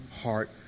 heart